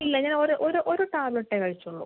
ഇല്ല ഞാൻ ഒരു ഒരു ഒരു ടാബ്ലറ്റേ കഴിച്ചുള്ളൂ